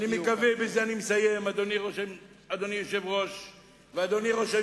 אני מקווה, ובזה אני מסיים, אדוני היושב-ראש.